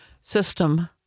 system